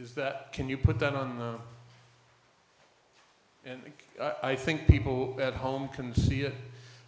is that can you put that on the and i think people at home can see it